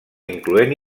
incloent